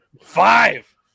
five